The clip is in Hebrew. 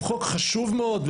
הוא חוק חשוב מאוד,